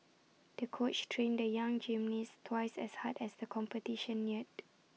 the coach trained the young gym niece twice as hard as the competition neared